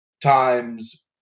times